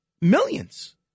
millions